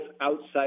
outside